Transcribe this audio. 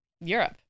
Europe